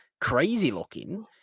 crazy-looking